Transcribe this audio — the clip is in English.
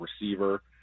receiver